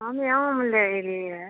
हम आम लेल एलियैए